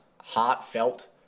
heartfelt